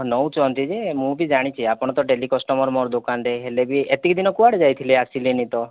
ହଁ ନଉଛନ୍ତି ଯେ ମୁଁ ବି ଜାଣିଛି ଆପଣ ତ ଡ଼େଲି କଷ୍ଟମର ମୋ ଦୋକାନ ରେ ହେଲେ ବି ଏତିକି ଦିନ କୁଆଡ଼େ ଯାଇଥିଲେ ଆସିଲେନି ତ